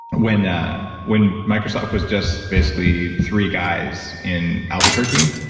when ah when microsoft was just basically three guys in albuquerque,